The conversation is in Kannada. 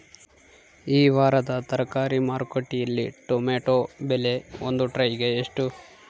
ಈ ವಾರದ ತರಕಾರಿ ಮಾರುಕಟ್ಟೆಯಲ್ಲಿ ಟೊಮೆಟೊ ಬೆಲೆ ಒಂದು ಟ್ರೈ ಗೆ ಎಷ್ಟು?